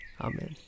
Amen